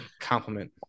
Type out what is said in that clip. compliment